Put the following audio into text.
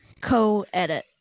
co-edit